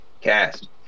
Cast